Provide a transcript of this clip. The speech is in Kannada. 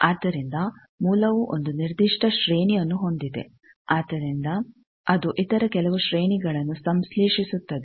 ಆದ್ದರಿಂದ ಮೂಲವು ಒಂದು ನಿರ್ದಿಷ್ಟ ಶ್ರೇಣಿಯನ್ನು ಹೊಂದಿದೆ ಅದರಿಂದ ಅದು ಇತರ ಕೆಲವು ಶ್ರೇಣಿಗಳನ್ನು ಸಂಶ್ಲೇಶಿಸುತ್ತದೆ